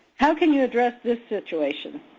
how can you address this situation?